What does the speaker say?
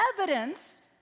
evidence